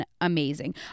amazing